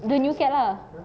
the new cat lah